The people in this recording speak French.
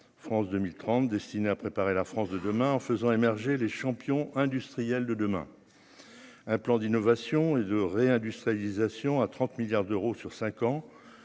France 2030 destiné à préparer la France de demain en faisant émerger les champions industriels de demain un plan d'innovation et de réindustrialisation à 30 milliards d'euros sur 5 ans,